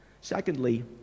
Secondly